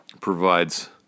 provides